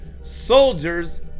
soldiers